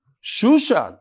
Shushan